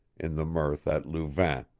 in the mirth at louvain.